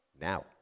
now